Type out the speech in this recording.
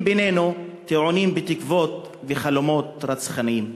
בינינו טעונים בתקוות וחלומות רצחניים.